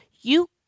you